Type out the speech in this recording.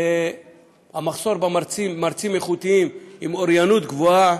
המחסור במרצים איכותיים עם אוריינות גבוהה